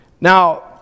Now